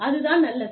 அது தான் நல்லது